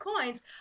coins